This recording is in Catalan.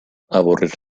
avorrir